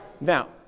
Now